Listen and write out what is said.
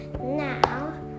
Now